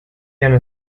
and